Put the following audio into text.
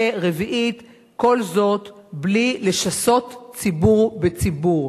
ורביעית, כל זאת בלי לשסות ציבור בציבור.